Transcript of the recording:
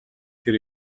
тэр